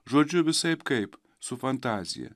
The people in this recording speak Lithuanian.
žodžiu visaip kaip su fantazija